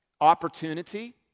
opportunity